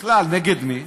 בכלל, נגד מי?